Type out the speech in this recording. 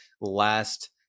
last